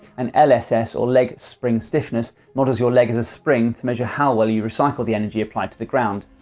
and lss or leg spring stiffness models your leg as a spring to measure how well you recycle the energy applied to the ground.